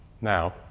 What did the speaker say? Now